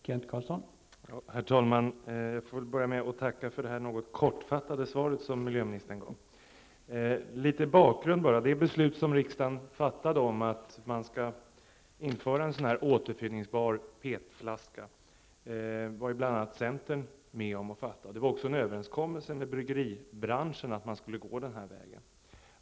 Herr talman! Jag börjar att tacka för det något kortfattade svaret från miljöministern. Det beslut som riksdagen fattade om att införa en återfyllningsbar PET-flaska var bl.a. centern med om att fatta. Det förelåg också en överenskommelse med bryggeribranschen att man skulle gå den här vägen.